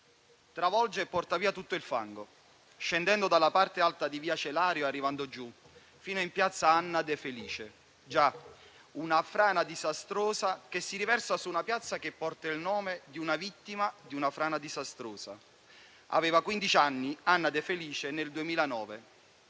travolge e porta via tutto il fango, scendendo dalla parte alta di via Celario e arrivando giù, fino a piazzale Anna De Felice; già, una frana disastrosa che si riversa su un piazzale che porta il nome di una vittima di una frana disastrosa. Aveva quindici anni Anna De Felice nel 2009.